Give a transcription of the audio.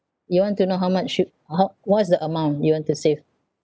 you want to know how much you or how what's the amount you want to save